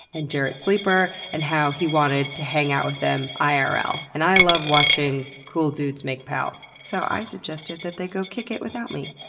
and jarrett sleeper, and how he wanted to hang out with them irl. and i love watching cool dudes make pals, so i suggested that they go kick it without me.